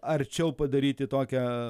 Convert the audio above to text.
arčiau padaryti tokią